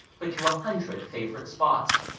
but to a hundred favourite spots.